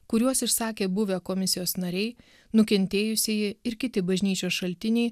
kuriuos išsakė buvę komisijos nariai nukentėjusieji ir kiti bažnyčios šaltiniai